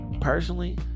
personally